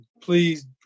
Please